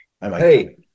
Hey